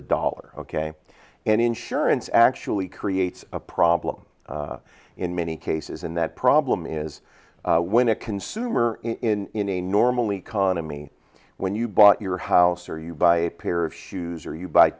a dollar ok and insurance actually creates a problem in many cases and that problem is when a consumer in a normal economy when you bought your house or you buy a pair of shoes or you buy